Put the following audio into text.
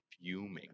fuming